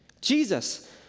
Jesus